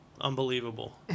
Unbelievable